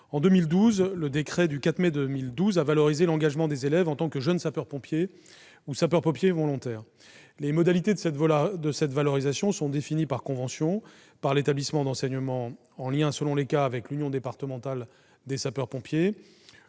Un décret du 4 mai 2012 a valorisé « l'engagement des élèves en tant que jeune sapeur-pompier ou sapeur-pompier volontaire ». Les modalités de cette valorisation sont définies, par convention, par l'établissement d'enseignement, en liaison, selon les cas, avec l'union départementale des sapeurs-pompiers,